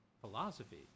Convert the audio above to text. philosophy